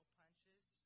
punches